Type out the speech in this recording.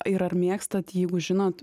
ir ar mėgstat jeigu žinot